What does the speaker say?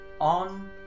On